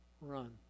run